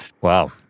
Wow